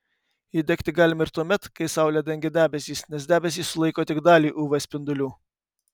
įdegti galima ir tuomet kai saulę dengia debesys nes debesys sulaiko tik dalį uv spindulių